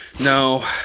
No